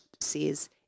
says